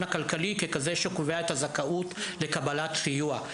הכלכלי ככזה שקובע את הזכאות לקבלת סיוע.